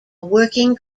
working